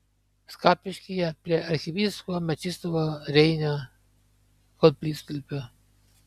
skapiškyje prie arkivyskupo mečislovo reinio koplytstulpio